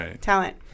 talent